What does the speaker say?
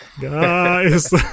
guys